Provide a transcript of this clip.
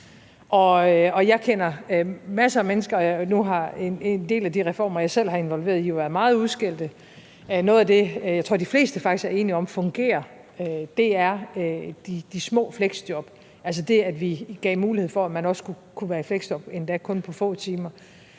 er svaret selvfølgelig nej. Nu har en del af de reformer, jeg selv har været involveret i, været meget udskældte, men noget af det, jeg faktisk tror de fleste er enige om fungerer, er de små fleksjob, altså det, at vi gav mulighed for, at man også skulle kunne være i fleksjob og endda kun i få timer,